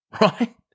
right